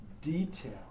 detail